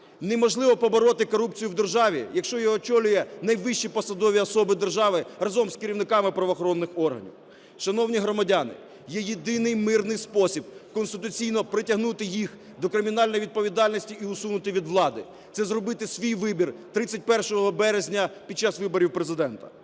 Неможливо побороти корупцію в державі, якщо її очолюють найвищі посадові особи держави разом з керівниками правоохоронних органів. Шановні громадяни! Є єдиний мирний спосіб конституційно притягнути їх до кримінальної відповідальності і усунути від влади – це зробити свій вибір 31 березня під час виборів Президента.